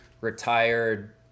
retired